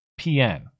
PN